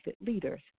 leaders